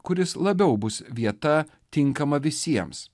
kuris labiau bus vieta tinkama visiems